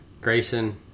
Grayson